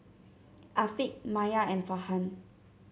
Afiq Maya and Farhan